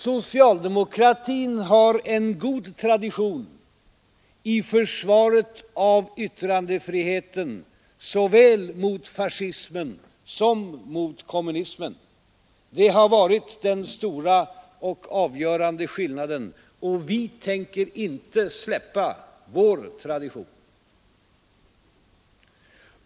Socialdemokratin har en god tradition i försvaret av yttrandefriheten såväl mot fascismen som mot kommunismen. Det har varit den stora och avgörande skillnaden, och vi tänker inte släppa vår tradition.